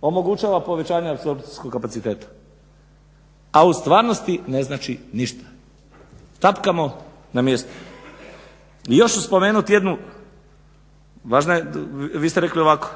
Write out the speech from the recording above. omogućava povećanje apsorpcijskog kapaciteta, a u stvarnosti ne znači ništa. Tapkamo na mjestu. I još ću spomenuti jednu, vi ste rekli ovako,